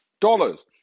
dollars